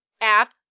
app